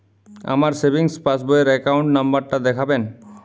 আমার সেভিংস পাসবই র অ্যাকাউন্ট নাম্বার টা দেখাবেন?